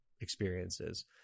experiences